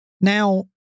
now